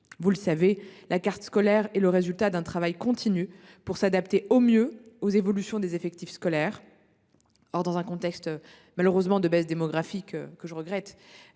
insiste, la carte scolaire est le résultat d’un travail continu, pour s’adapter au mieux aux évolutions des effectifs scolaires. Or, dans le contexte regrettable de baisse démographique dans le Cher,